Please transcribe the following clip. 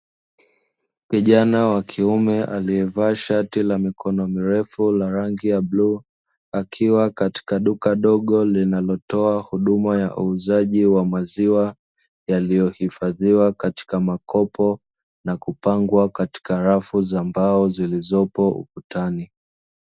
Kijana wa kiume alievaa shati la mikono mirefu la rangi ya bluu akiwa katika duka dogo linaotoa huduma ya uuzaji wa maziwa, yaliyohifadhiwa katika makopo na kupangwa katika rafu za mbao zilizopo ukutani.